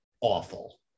awful